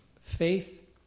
faith